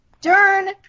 Dern